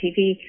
TV